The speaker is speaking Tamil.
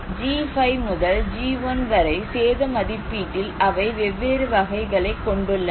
ஜி 5 முதல் ஜி 1 வரை சேத மதிப்பீட்டில் அவை வெவ்வேறு வகைகளைக் கொண்டுள்ளன